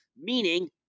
meaning